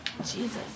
Jesus